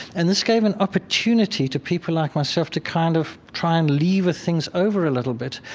and this gave an opportunity to people like myself to kind of try and leaver things over a little bit.